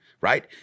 right